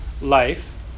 Life